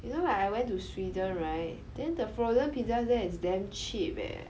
you know like I went to Sweden right then the frozen pizza there is damn cheap eh